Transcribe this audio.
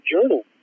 Journal